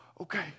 Okay